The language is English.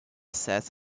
says